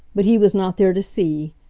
but he was not there to see,